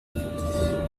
viele